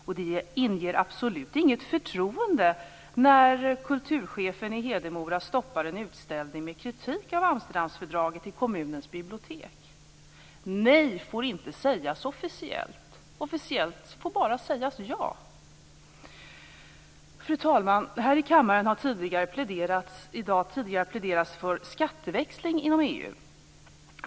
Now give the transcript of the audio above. Och det inger absolut inget förtroende när kulturchefen i Hedemora stoppar en utställning med kritik av Amsterdamfördraget i kommunens bibliotek. Nej får inte sägas officiellt. Officiellt får bara sägas ja. Fru talman! Här i kammaren har det tidigare i dag pläderats för skatteväxling inom EU.